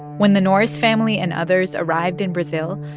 when the norris family and others arrived in brazil,